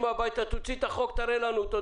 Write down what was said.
תוציא את החוק ותראה לנו.